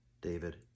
David